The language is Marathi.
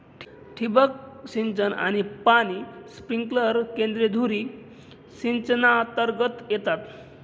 ठिबक सिंचन आणि पाणी स्प्रिंकलर केंद्रे धुरी सिंचनातर्गत येतात